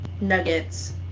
Nuggets